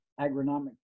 agronomic